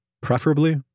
preferably